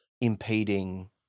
impeding